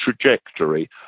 trajectory